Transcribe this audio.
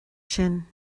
sin